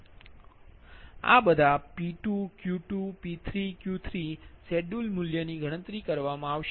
તેથી આ બધા P2 Q2 P3 Q3 schedule મૂલ્ય ની ગણતરી કરવામાં આવશે